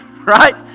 Right